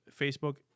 Facebook